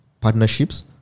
partnerships